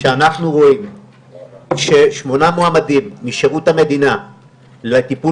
כשאנחנו רואים ששמונה מועמדים משירות המדינה לטיפול